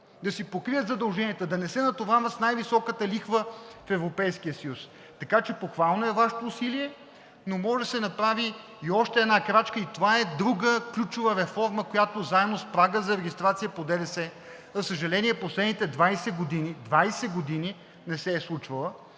да си покрият задълженията, да не се натоварват с най високата лихва в Европейския съюз. Така че похвално е Вашето усилие, но може да се направи и още една крачка и това е друга ключова реформа, която заедно с прага за регистрация по ДДС, за съжаление, последните 20 години – 20 години, не се е случвала,